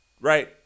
right